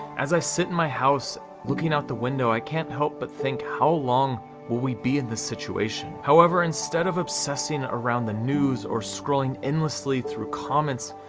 as i sit in my house looking out the window, i can't help but think how long will we be in this situation however, instead of obsessing around the news, or scrolling endlessly through comments,